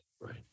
Right